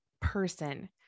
person